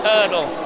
Hurdle